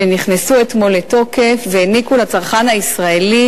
שנכנסו אתמול לתוקף והעניקו לצרכן הישראלי